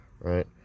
right